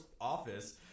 office